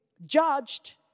judged